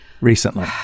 recently